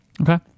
Okay